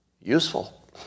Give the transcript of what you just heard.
Useful